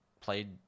Played